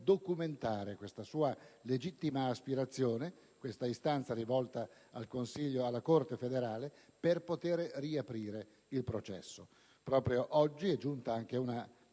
documentare questa sua legittima aspirazione: l'istanza, rivolta alla Corte federale, di poter riaprire il processo. Proprio oggi è giunta anche una